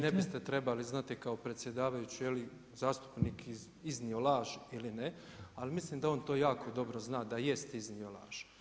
Naravno, vi ne biste trebali znati kao predsjedavajući je li zastupnik iznio laž ili ne, ali mislim da on to jako dobro zna da je iznio laž.